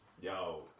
Yo